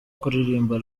kuririmba